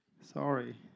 Sorry